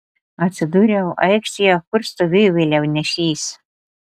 atsidūriau aikštėje kur stovėjo vėliavnešys